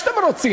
איך שאתם רוצים,